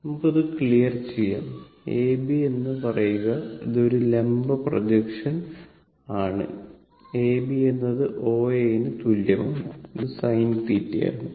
നമുക്ക് അത് ക്ലിയർ ചെയ്യാം A B എന്ന് പറയുക ഇത് ഒരു ലംബ പ്രൊജക്ഷൻ ആണ് A B എന്നത് O A ന് തുല്യമാണ് ഇത് sin θ ആണ്